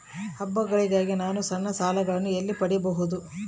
ಹಬ್ಬಗಳಿಗಾಗಿ ನಾನು ಸಣ್ಣ ಸಾಲಗಳನ್ನು ಎಲ್ಲಿ ಪಡಿಬಹುದು?